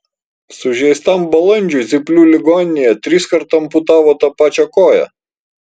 sužeistam balandžiui zyplių ligoninėje triskart amputavo tą pačią koją